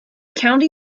county